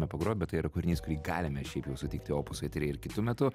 pagrobia tai yra kūrinys kurį galime šiaip jau suteikti opus eteryje ir kitu metu